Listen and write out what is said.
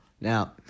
Now